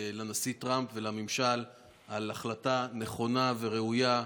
לנשיא טראמפ ולממשל על החלטה נכונה וראויה,